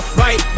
right